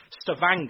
Stavanger